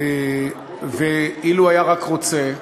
אילו רק היה רוצה,